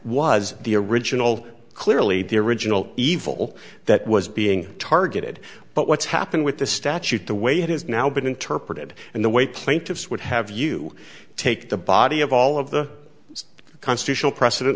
was the original clearly the original evil that was being targeted but what's happened with the statute the way it has now been interpreted and the way plaintiffs would have you take the body of all of the constitutional precedent